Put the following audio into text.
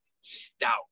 stout